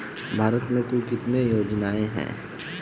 भारत में कुल कितनी योजनाएं हैं?